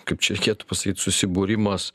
kaip čia reikėtų pasakyt susibūrimas